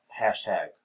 hashtag